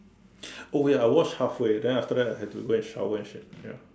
oh ya I watched halfway then after that I had to go and shower and shit ya